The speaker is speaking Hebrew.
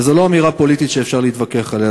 וזו לא אמירה פוליטית שאפשר להתווכח עליה,